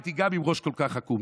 זה יעזור להעלאות החשמל?